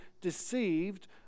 deceived